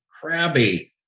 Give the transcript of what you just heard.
crabby